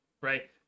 right